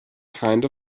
kind